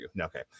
Okay